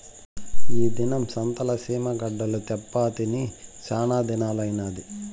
ఈ దినం సంతల సీమ గడ్డలు తేప్పా తిని సానాదినాలైనాది